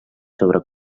sobre